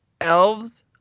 elves